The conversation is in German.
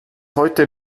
heute